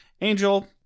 Angel